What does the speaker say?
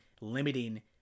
limiting